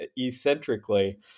eccentrically